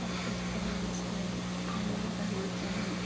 सबकिछु करना छै एहने ने रहना चाही